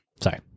Sorry